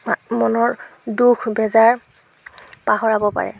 মনৰ দুখ বেজাৰ পাহৰাব পাৰে